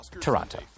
Toronto